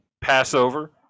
Passover